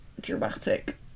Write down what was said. dramatic